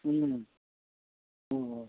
অঁ অঁ